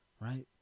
right